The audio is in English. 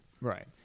Right